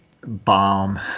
bomb